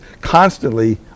constantly